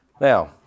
Now